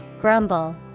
grumble